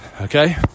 okay